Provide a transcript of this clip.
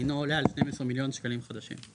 אינו עולה על 12 מיליון שקלים חדשים,